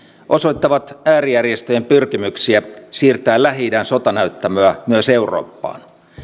osoittavat äärijärjestöjen pyrkimyksiä siirtää lähi idän sotanäyttämöä myös eurooppaan